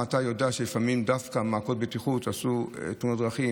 אתה יודע שלפעמים דווקא מעקות בטיחות עשו תאונות דרכים,